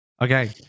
Okay